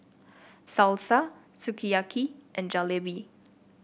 Salsa Sukiyaki and Jalebi